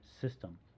system